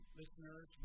listeners